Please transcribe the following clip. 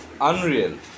unreal